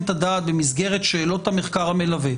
את הדעת במסגרת שאלות המחקר המלווה.